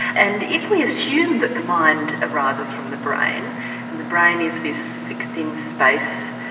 and if we assume that the mind arises from the brain and the brain is this fixed-in-space,